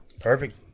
Perfect